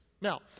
Now